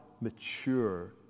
mature